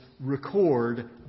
record